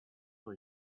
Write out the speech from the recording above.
for